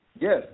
Yes